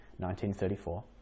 1934